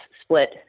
split